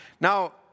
Now